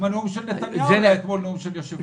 הנאום של נתניהו היה נאום של יושב-ראש אופוזיציה.